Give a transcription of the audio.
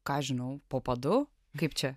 ką žinau po padu kaip čia